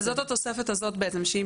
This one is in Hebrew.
אבל זאת התוספת הזאת בעצם,